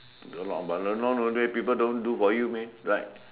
a lot but then nowadays people don't do for you means like